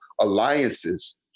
alliances